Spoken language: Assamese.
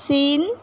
চীন